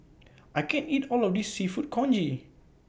I can't eat All of This Seafood Congee